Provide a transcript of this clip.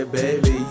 baby